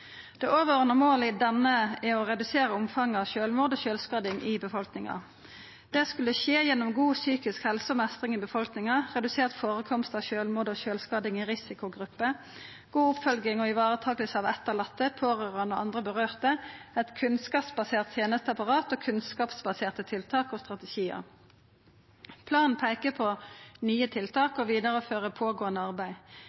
Det overordna målet i denne er å redusera omfanget av sjølvmord og sjølvskading i befolkninga. Det skulle skje gjennom god psykisk helse og mestring i befolkninga, redusert førekomst av sjølvmord og sjølvskading i risikogrupper, god oppfølging og varetaking av etterlatne, pårørande og andre som vert råka, eit kunnskapsbasert tenesteapparat og kunnskapsbaserte tiltak og strategiar. Planen peikar på nye